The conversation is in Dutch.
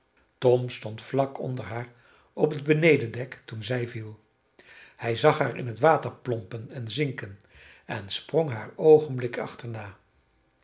tom stond vlak onder haar op het benedendek toen zij viel hij zag haar in het water plompen en zinken en sprong haar oogenblikkelijk achterna